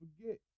forget